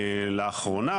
לאחרונה,